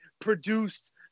produced